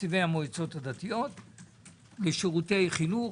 תקציבי המועצות הדתיות ושירותי חינוך,